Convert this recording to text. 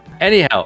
anyhow